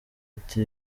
ati